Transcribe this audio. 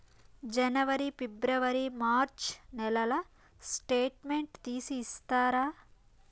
జనవరి, ఫిబ్రవరి, మార్చ్ నెలల స్టేట్మెంట్ తీసి ఇస్తారా?